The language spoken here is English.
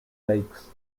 lakes